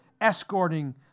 escorting